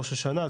ראש השנה,